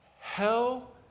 Hell